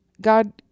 God